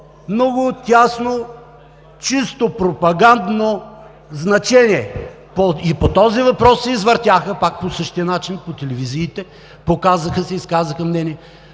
много тясно, чисто пропагандно значение. И по този въпрос се извъртяха пак по същия начин по телевизиите, показаха се, изказаха мнение,